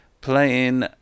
playing